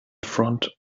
front